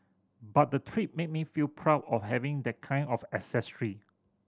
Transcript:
but the trip made me feel proud of having that kind of ancestry